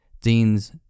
Dean's